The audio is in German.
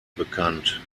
bekannt